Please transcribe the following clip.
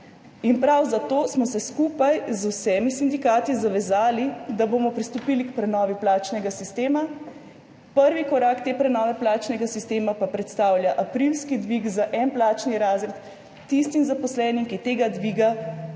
Prav zato smo se skupaj z vsemi sindikati zavezali, da bomo pristopili k prenovi plačnega sistema. Prvi korak te prenove plačnega sistema pa predstavlja aprilski dvig za en plačni razred tistim zaposlenim, ki tega dviga v